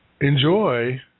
enjoy